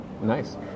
nice